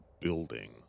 building